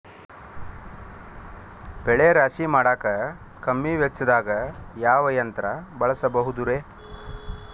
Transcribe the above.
ಬೆಳೆ ರಾಶಿ ಮಾಡಾಕ ಕಮ್ಮಿ ವೆಚ್ಚದಾಗ ಯಾವ ಯಂತ್ರ ಬಳಸಬಹುದುರೇ?